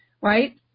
right